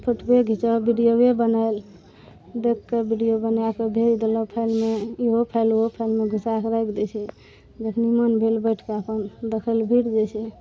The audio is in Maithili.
फोटवे घीचल वीडियोवे बनायल देख कऽ वीडियो बनाकऽ भेज देलहुॅं फाइलमे इहो फाइल ओहो फाइलमे घुसाके राखि दै छै जखनी मोन भेल बैठ कऽ अपन देखै लऽ जुटि जाइ छै